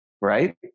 right